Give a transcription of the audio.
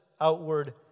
outward